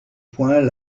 poings